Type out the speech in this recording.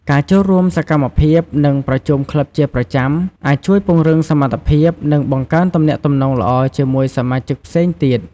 ការចូលរួមសកម្មភាព និងប្រជុំក្លឹបជាប្រចាំ អាចជួយពង្រឹងសមត្ថភាព និងបង្កើតទំនាក់ទំនងល្អជាមួយសមាជិកផ្សេងទៀត។